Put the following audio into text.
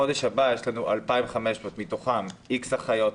בחודש הבא יש לנו 2,500 מתוכם איקס אחיות,